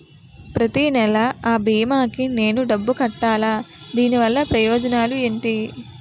ప్రతినెల అ భీమా కి నేను డబ్బు కట్టాలా? దీనివల్ల ప్రయోజనాలు ఎంటి?